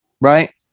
right